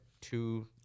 two